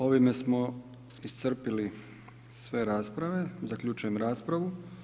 Ovime smo iscrpili sve rasprave, zaključujem raspravu.